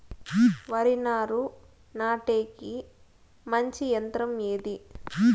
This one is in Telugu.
వరి నారు నాటేకి మంచి యంత్రం ఏది?